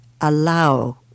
allow